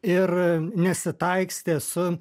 ir nesitaikstė su